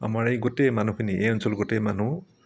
আমাৰ এই গোটেই মানুহখিনি এই অঞ্চলৰ গোটেই মানুহ